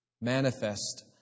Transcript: manifest